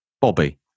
Bobby